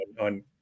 on –